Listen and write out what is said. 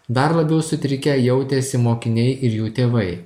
dar labiau sutrikę jautėsi mokiniai ir jų tėvai